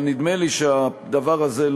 אבל נדמה לי שהדבר הזה,